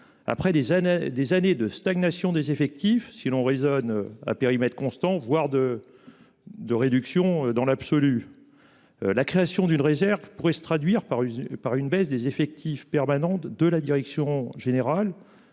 années, des années de stagnation des effectifs si l'on raisonne à périmètre constant voire de. De réduction dans l'absolu. La création d'une réserve pourrait se traduire par une par une baisse des effectifs permanente de la direction générale.